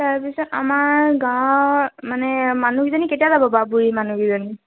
তাৰপিছত আমাৰ গাঁৱৰ মানে মানুহকেইজনী কেতিয়া যাব বাৰু বুঢ়ী মানুহকেইজনী